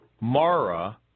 Mara